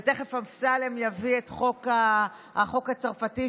ותכף אמסלם יביא את החוק הצרפתי,